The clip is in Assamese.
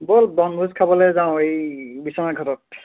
ব'ল বনভোজ খাবলৈ যাওঁ এই বিশ্বনাথ ঘাটত